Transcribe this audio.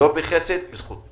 לא בחסד, בזכות.